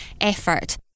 effort